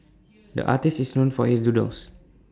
the artist is known for his doodles